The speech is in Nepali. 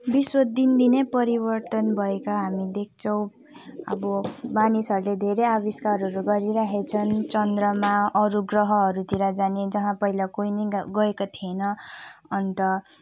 विश्व दिनदिनै परिवर्तन भएको हामी देख्छौँ अब मानिसहरूले धेरै आविष्कारहरू गरिरहेका छन् चन्द्रमा अरू ग्रहहरूतिर जाने जहाँ पहिला कोही पनि ग गएको थिएन अन्त